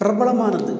பிரபலமானது